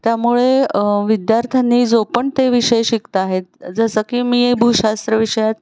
त्यामुळे विद्यार्थ्यांनी जो पण ते विषय शिकत आहेत जसं की मी भूशास्त्र विषयात